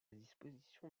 disposition